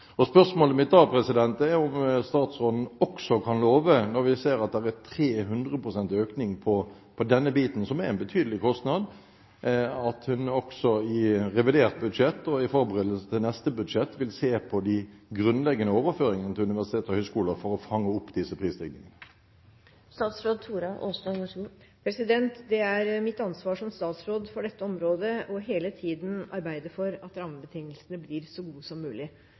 Spørsmålet mitt da er om statsråden – når vi ser at det er 300 pst. økning av denne biten, som er en betydelig kostnad – kan love at hun også i revidert budsjett og i forberedelsene til neste budsjett vil se på de grunnleggende overføringene til universiteter og høyskoler for å fange opp disse prisstigningene. Det er mitt ansvar som statsråd for dette området hele tiden å arbeide for at rammebetingelsene blir så gode som mulig.